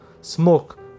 smoke